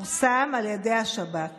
פורסם על ידי השב"כ